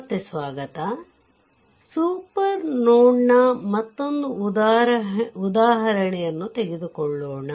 ಮತ್ತೆ ಸ್ವಾಗತ ಸೂಪರ್ ನೋಡ್ನ ಮತ್ತೊಂದು ಉದಾಹರಣೆಯನ್ನು ತೆಗೆದುಕೊಳ್ಳಬೇಕು